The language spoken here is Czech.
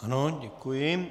Ano, děkuji.